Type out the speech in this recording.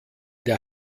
der